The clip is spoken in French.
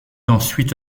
ensuite